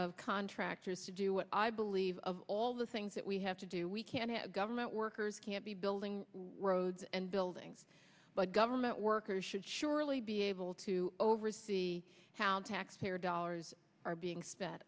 of contractors to do what i believe of all the things that we have to do we can't have government workers can't be building roads and buildings but government workers should surely be able to oversee how taxpayer dollars are being spent